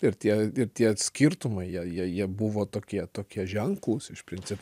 ir tie ir tie skirtumai jie jie jie buvo tokie tokie ženklūs iš principo